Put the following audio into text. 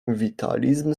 witalizm